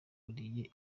uriye